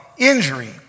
injury